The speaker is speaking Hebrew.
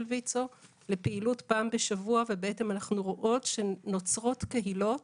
ויצו בפעילות פעם בשבוע ובעצם אנחנו רואות שנוצרות קהילות